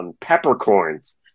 peppercorns